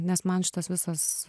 nes man šitos visos